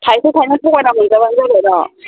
थाइसे थाइनै थगायना मोनजाब्लानो जाबाय ना